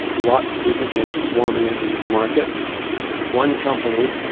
lots of people came swarming into this market one company,